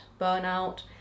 burnout